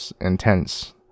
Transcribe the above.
intense